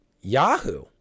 yahoo